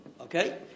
Okay